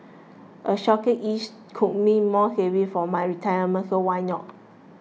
a shorter lease could mean more savings for my retirement so why not